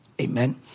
Amen